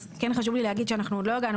אז כן חשוב לי להגיד שאנחנו עוד לא הגענו